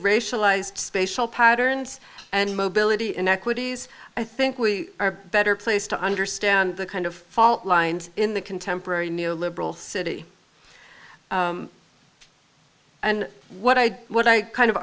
spatial patterns and mobility inequities i think we are better placed to understand the kind of fault lines in the contemporary neo liberal city and what i what i kind of